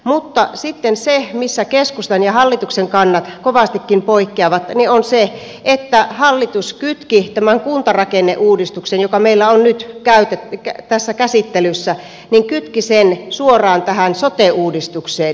mutta sitten se missä keskustan ja hallituksen kannat kovastikin poikkeavat on se että hallitus kytki tämän kuntarakenneuudistuksen joka meillä on nyt tässä käsittelyssä suoraan tähän sote uudistukseen